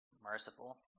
Merciful